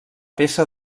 peça